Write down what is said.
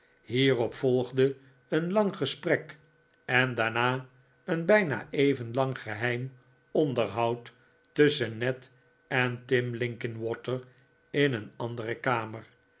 hierop volgde een lang gesprek en daarna een bijna even lang geheim onderhoud tusschen ned en tim linkinwater in een andere kamer